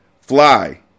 Fly